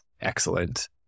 excellent